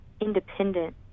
independent